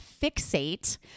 Fixate